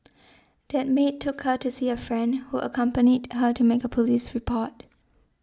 that maid took her to see a friend who accompanied her to make a police report